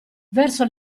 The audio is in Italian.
verso